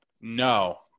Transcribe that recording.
No